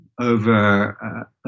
over